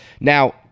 Now